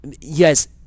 yes